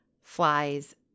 Flies